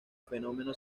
fenómeno